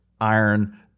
iron